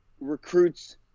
recruits